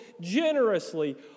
generously